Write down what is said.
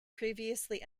previously